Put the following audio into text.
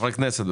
חברי הכנסת,